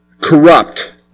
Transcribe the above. corrupt